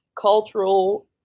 cultural